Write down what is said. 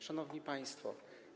Szanowni Państwo!